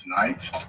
tonight